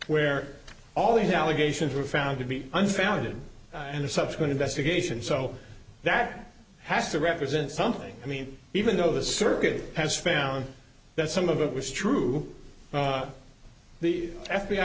where all these allegations were found to be unfounded and the subsequent investigation so that has to represent something i mean even though the circuit has found that some of it was true the f